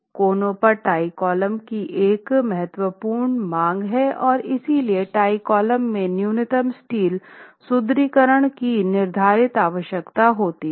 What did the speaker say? कोने पर tie column की एक महत्वपूर्ण मांग है और इसलिए टाई कॉलम में न्यूनतम स्टील सुदृढीकरण की निर्धारित आवश्यकता होती है